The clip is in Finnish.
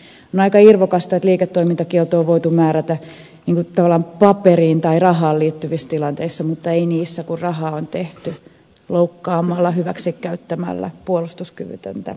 on aika irvokasta että liiketoimintakielto on voitu määrätä tavallaan paperiin tai rahaan liittyvissä tilanteissa mutta ei niissä kun rahaa on tehty loukkaamalla hyväksikäyttämällä puolustuskyvytöntä lasta